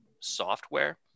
software